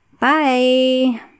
Bye